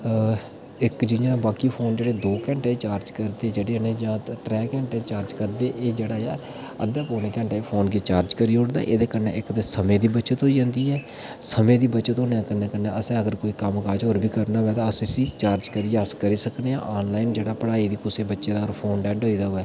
इक जि'यां बाकी फोन जेह्ड़े दो घेंटें च चार्ज करदे जेह्ड़े न जां त्रै घेंटें च चार्ज करदे एह् जेह्ड़ा अद्धे पौने घेंटें च फोन गी चार्ज करी ओड़दा ऐ एह्दे कन्नै इक ते समें दी बचत होई जंदी ऐ समें दी बचत होने दे कन्नै कन्नै असें अगर कोई कम्म काज होर बी करना होऐ तां अस इसी चार्ज करियै अस करी सकने आं आन लाइन जेह्ड़ा पढ़ाई दी कुसै बच्चे दा अगर फोन डैड्ड होई दा होऐ तां